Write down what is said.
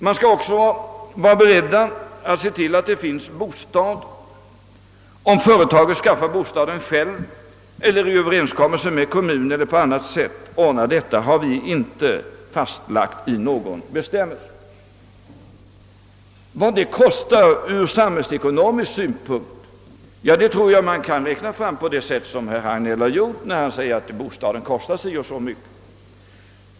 Man skall också vara beredd att se till att det finns bostad. Vi har inte fastslagit i någon bestämmelse om företaget skall skaffa bostad självt eller genom överenskommelse med kommunen eller på annat sätt. Vad kostnaden blir ur samhällsekonomisk synpunkt tror jag man kan räkna fram på det sätt herr Hagnell gör, när han säger att bostäder kostar så och så mycket.